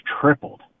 tripled